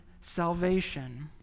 salvation